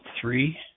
three